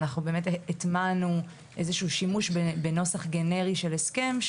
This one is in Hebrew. הטמענו איזשהו שימוש בנוסח גנרי של הסכם,